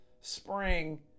spring